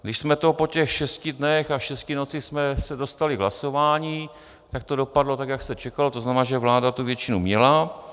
Když jsme se po těch šesti dnech a šesti nocích dostali k hlasování, tak to dopadlo tak, jak se čekalo, to znamená, že vláda tu většinu měla.